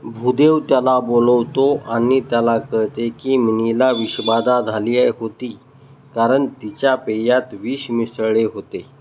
भुदेव त्याला बोलवतो आणि त्याला कळते की मिनीला विषबाधा झाली आहे होती कारण तिच्या पेयात विष मिसळले होते